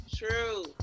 true